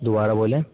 دوبارہ بولیں